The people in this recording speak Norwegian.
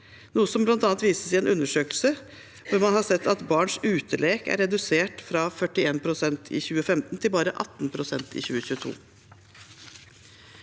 noe som bl.a. vises av en undersøkelse hvor man har sett at barns utelek er redusert fra 41 pst. i 2015 til bare 18 pst. i 2022.